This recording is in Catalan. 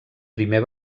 primer